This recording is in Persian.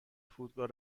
فرودگاه